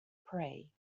pray